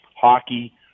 hockey